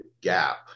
gap